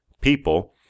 people